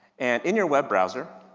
and in your web browser,